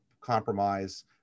compromise